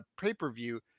pay-per-view